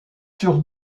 sur